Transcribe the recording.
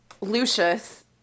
Lucius